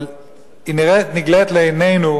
אבל היא נגלית לעינינו